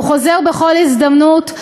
הוא חוזר בכל הזדמנות,